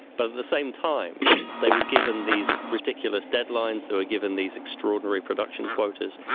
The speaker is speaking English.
but at the same time they were given these ridiculous deadlines, they were given these extraordinary production quotas.